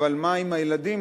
אבל מה עם הילדים,